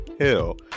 Hell